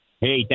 Hey